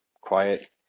quiet